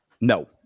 No